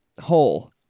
Hole